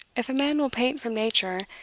if a man will paint from nature,